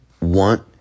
want